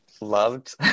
loved